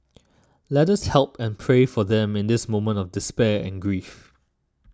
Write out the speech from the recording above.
let us help and pray for them in this moment of despair and grief